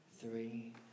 three